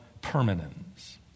permanence